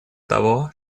того